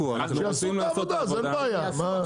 שיעשו את העבודה אין בעיה.